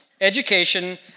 education